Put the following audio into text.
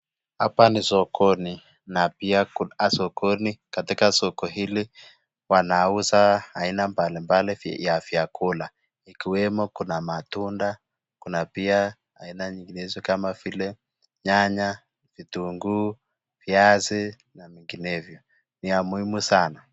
Hapa ni sokoni na pia katika soko hili wanauza aina mbalimbali ya vyakula ikiwemo kuna matunda, kuna pia aina nyinginezo kama vile nyanya, kitunguu, viazi na minginevyo. Ni ya muhimu sana.